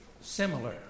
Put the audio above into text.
similar